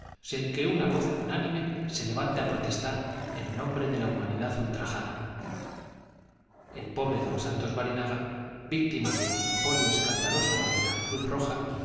sin que una voz unánime se levante a protestar en nombre de la humanidad ultrajada el pobre don santos barinaga víctima del monopolio escandaloso de la cruz roja